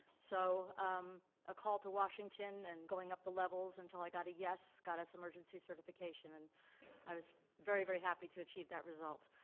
so um a call to washington and going up the levels until i got a yes, got us emergency certification, and i was very, very happy to achieve that result.